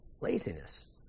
laziness